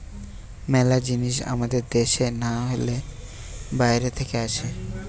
মেলা জিনিস আমাদের দ্যাশে না হলে বাইরে থাকে আসে